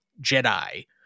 Jedi